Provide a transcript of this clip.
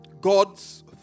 God's